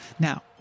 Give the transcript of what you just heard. Now